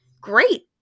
great